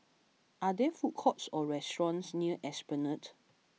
are there food courts or restaurants near Esplanade